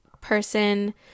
person